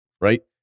right